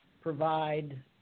provide